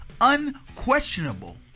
Unquestionable